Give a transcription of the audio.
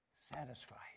satisfied